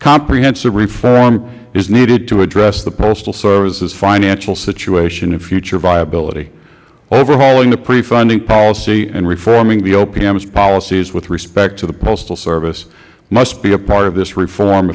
comprehensive reform is needed to address the postal service's financial situation and future viability overhauling the pre funding policy and reforming opm's policies with respect to the postal service must be a part of this reform